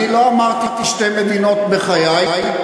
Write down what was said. אני לא אמרתי שתי מדינות בחיי,